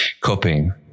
coping